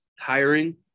hiring